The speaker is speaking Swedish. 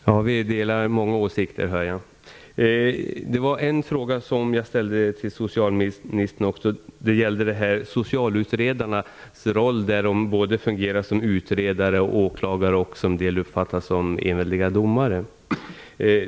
Herr talman! Vi delar många åsikter, hör jag. Jag ställde en fråga till socialministern som gällde socialutredarnas roller som både utredare, åklagare och, som en del uppfattar dem, enväldiga domare.